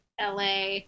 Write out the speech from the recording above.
LA